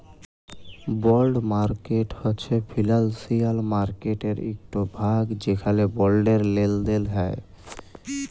বল্ড market হছে financial মার্কেটের ইকট ভাগ যেখালে বল্ডের লেলদেল হ্যয়